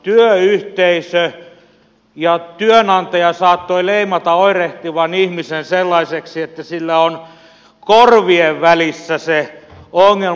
työyhteisö ja työnantaja saattoivat leimata oirehtivan ihmisen sellaiseksi että sillä on korvien välissä se ongelma